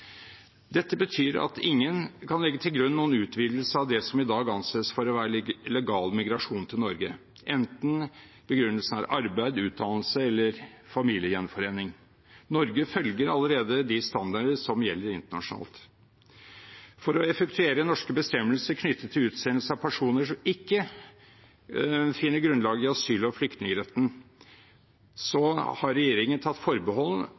Dette betyr at ingen kan legge til grunn noen utvidelse av det som i dag anses for å være legal migrasjon til Norge, enten begrunnelsen er arbeid, utdannelse eller familiegjenforening. Norge følger allerede de standarder som gjelder internasjonalt. For å effektuere norske bestemmelser knyttet til utsendelse av personer som ikke finner grunnlag i asyl- og flyktningretten, har regjeringen tatt forbehold